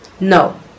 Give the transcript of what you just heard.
No